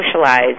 socialize